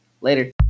Later